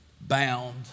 bound